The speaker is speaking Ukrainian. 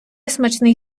смачний